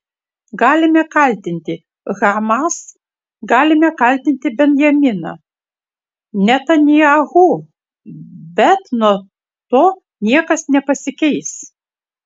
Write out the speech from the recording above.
galime kaltinti hamas galime kaltinti benjaminą netanyahu bet nuo to niekas nepasikeis